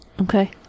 okay